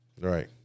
right